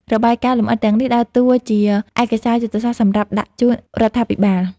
របាយការណ៍លម្អិតទាំងនេះដើរតួជាឯកសារយុទ្ធសាស្ត្រសម្រាប់ដាក់ជូនរាជរដ្ឋាភិបាល។